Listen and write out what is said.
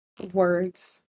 words